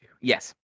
Yes